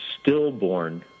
stillborn